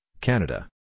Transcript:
Canada